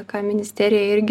ką ministerija irgi